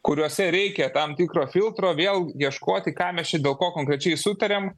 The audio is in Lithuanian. kuriuose reikia tam tikro filtro vėl ieškoti ką mes čia dėl ko konkrečiai sutariam